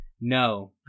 no